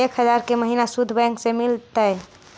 एक हजार के महिना शुद्ध बैंक से मिल तय?